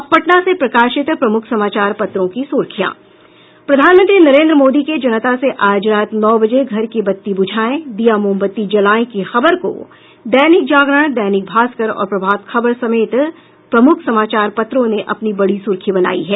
अब पटना से प्रकाशित प्रमुख समाचार पत्रों की सुर्खियां प्रधानमंत्री नरेंद्र मोदी के जनता से आज रात नौ बजे घर की बत्ती बुझाएं दीया मोमबत्ती जलाएं की खबर को दैनिक जागरण दैनिक भास्कर और प्रभात खबर समेत प्रमुख समाचार पत्रों ने अपनी बड़ी सुर्खी बनायी है